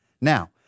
Now